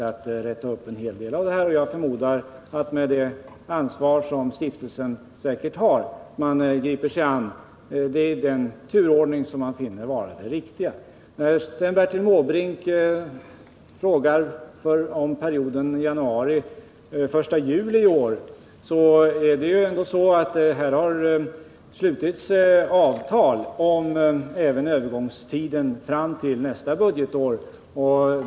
Med det ansvar som stiftelsen säkert känner förmodar jag att man griper sig an med uppgifterna i den turordning som man finner vara den riktiga. Bertil Måbrink frågar om perioden fram till den 1 juli i år. Nu är det så att här har slutits avtal även för övergångstiden fram till nästa budgetår.